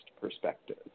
perspective